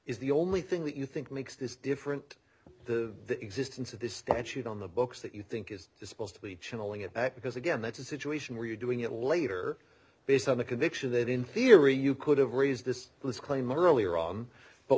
is the only thing that you think makes this different the existence of this statute on the books that you think is supposed to be channeling it back because again that's a situation where you're doing it later based on the conviction that in theory you could have raised this claim earlier on but